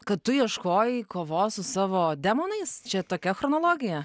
kad tu ieškojai kovos su savo demonais čia tokia chronologija